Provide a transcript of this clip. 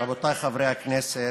רבותיי חברי הכנסת,